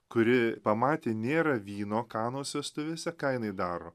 kuri pamatė nėra vyno kanos vestuvėse ką jinai daro